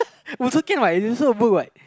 also can what is also a book what